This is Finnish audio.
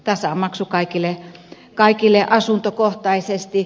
tasamaksu kaikille asuntokohtaisesti